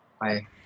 Bye